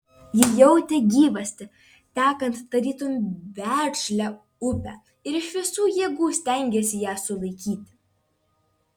ji jautė gyvastį tekant tarytum veržlią upę ir iš visų jėgų stengėsi ją sulaikyti